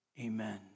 amen